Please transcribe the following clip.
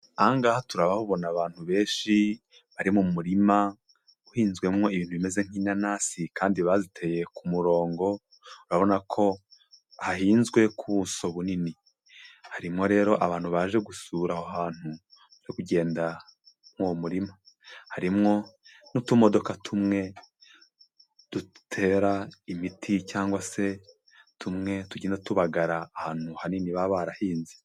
Aha ngaha turahabona abantu benshi bari mu murima uhinzwemo ibintu bimeze nk'inanasi kandi baziteye ku murongo, urabona ko hahinzwe ku buso bunini. Harimo rero abantu baje gusura aho hantu bari kugenda muri uwo murima. Harimo n'utumodoka tumwe dutera imiti cyangwa se tumwe tugenda tubagara ahantu hanini baba barahinze.